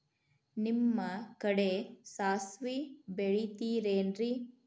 ನಿಮ್ಮ ಕಡೆ ಸಾಸ್ವಿ ಬೆಳಿತಿರೆನ್ರಿ?